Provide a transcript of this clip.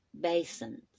Basins